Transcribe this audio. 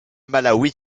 malawi